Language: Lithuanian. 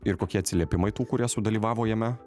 ir kokie atsiliepimai tų kurie sudalyvavo jame